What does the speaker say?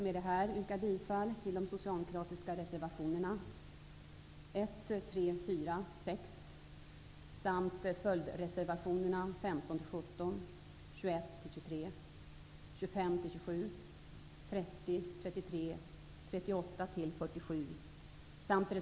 Med det anförda yrkar jag bifall till de socialdemokratiska reservationerna 1, 3, 4, 6 samt följdreservationerna 15--17, 21--23, 25--27, 30, 33,